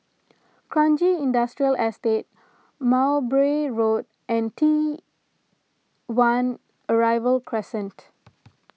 Kranji Industrial Estate Mowbray Road and T one Arrival Crescent